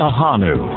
Ahanu